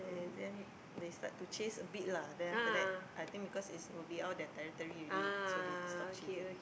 then they start to chase a bit lah then after that I think because is will be all their territory already so they stopped chasing